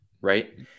right